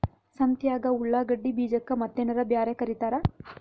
ಸಂತ್ಯಾಗ ಉಳ್ಳಾಗಡ್ಡಿ ಬೀಜಕ್ಕ ಮತ್ತೇನರ ಬ್ಯಾರೆ ಕರಿತಾರ?